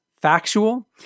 factual